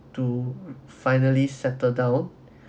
to finally settle down